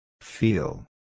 Feel